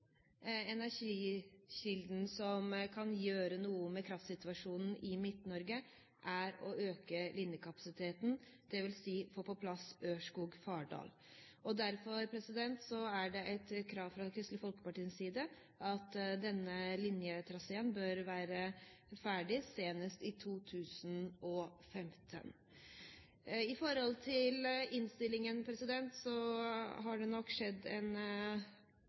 energikilden. Men den viktigste energikilden som kan gjøre noe med kraftsituasjonen i Midt-Norge, er å øke linjekapasitet, dvs. få på plass Ørskog–Fardal. Derfor er det et krav fra Kristelig Folkepartis side at denne linjetraseen bør være ferdig senest i 2015. I innstillingen har det nok skjedd en